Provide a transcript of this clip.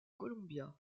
columbia